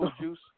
juice